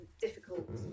difficult